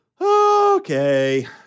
Okay